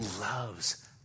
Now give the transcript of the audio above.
loves